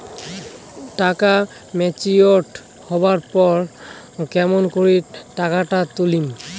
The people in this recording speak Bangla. টাকা ম্যাচিওরড হবার পর কেমন করি টাকাটা তুলিম?